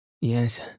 Yes